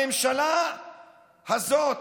הממשלה הזאת,